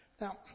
Now